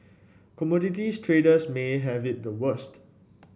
commodities traders may have it the worst